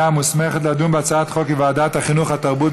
את הצעת חוק עידוד מעורבות